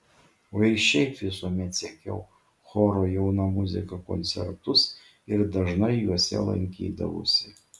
o ir šiaip visuomet sekiau choro jauna muzika koncertus ir dažnai juose lankydavausi